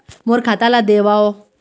मोर खाता ला देवाव?